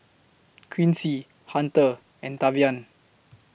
Quincy Hunter and Tavian